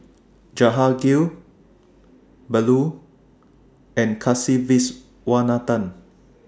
Jehangirr Bellur and Kasiviswanathan